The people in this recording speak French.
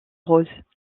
roses